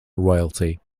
royalty